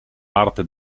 parte